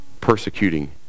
persecuting